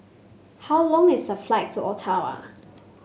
how long is the flight to Ottawa